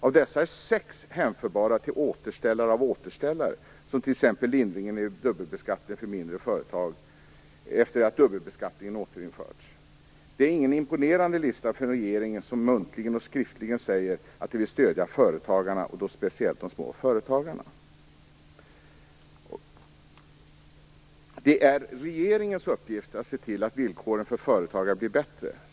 Av dessa är sex hänförbara till kategorin återställare av återställare, som t.ex. lindringen i dubbelbeskattningen för mindre företag efter det att dubbelbeskattningen återinförts. Det är ingen imponerande lista för regeringen, som muntligen och skriftligen framhåller att den vill stödja företagarna, speciellt de små företagarna. Det är regeringens uppgift att se till att villkoren för företagare blir bättre.